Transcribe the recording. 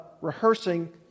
rehearsing